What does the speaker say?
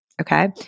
Okay